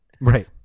Right